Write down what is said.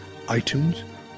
iTunes